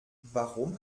warum